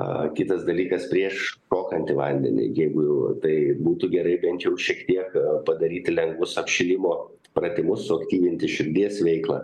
a kitas dalykas prieš šokant į vandenį jeigu jau va tai būtų gerai bent jau šiek tiek padaryti lengvus apšilimo pratimus suaktyvinti širdies veiklą